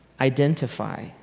identify